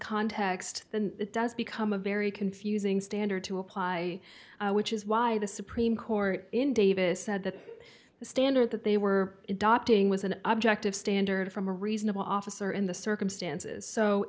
context than it does become a very confusing standard to apply which is why the supreme court in davis said that the standard that they were adopting was an objective standard from a reasonable officer in the circumstances so